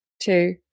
two